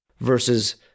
versus